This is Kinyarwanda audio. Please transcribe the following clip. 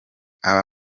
aba